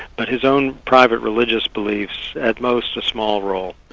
but his own private religious beliefs, at most a small role.